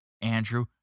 Andrew